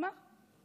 אמר.